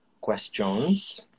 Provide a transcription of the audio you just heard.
questions